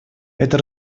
это